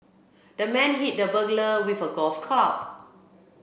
the man hit the burglar with a golf club